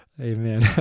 Amen